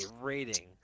rating